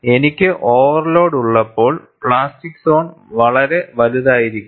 എനിക്ക് ഓവർലോഡ് ഉള്ളപ്പോൾ plastic zone വളരെ വലുതായിരിക്കും